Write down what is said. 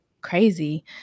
crazy